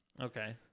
okay